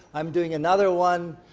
i'm doing another one